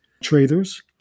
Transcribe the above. traders